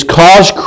cause